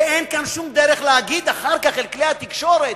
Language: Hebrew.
ואין כאן שום דרך להגיד אחר כך לכלי התקשורת,